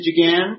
again